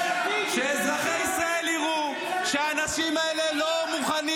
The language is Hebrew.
--- שאזרחי ישראל יראו שהאנשים האלה לא מוכנים